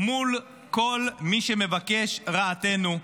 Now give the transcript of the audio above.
מול כל מי שמבקש את רעתנו.